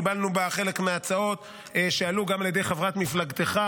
קיבלנו בה חלק מההצעות שהועלו גם על ידי חברת מפלגתך,